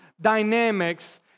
dynamics